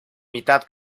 mitad